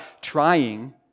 trying